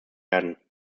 werden